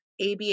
ABA